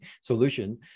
solution